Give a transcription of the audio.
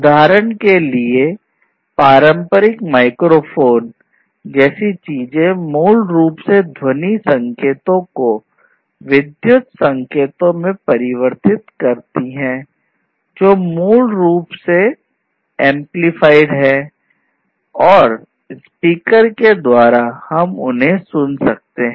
उदाहरण के लिए पारंपरिक माइक्रोफोन के द्वारा हम उन्हें सुन सकते हैं